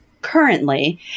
currently